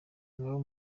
ngaho